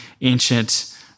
ancient